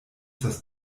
das